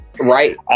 Right